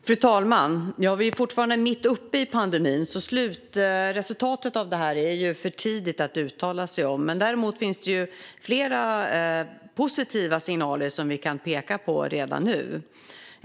Fru talman! Vi är fortfarande mitt uppe i pandemin, så det är för tidigt att uttala sig om slutresultatet av detta. Däremot finns det flera positiva signaler som vi kan peka på redan nu.